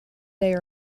they